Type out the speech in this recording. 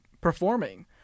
performing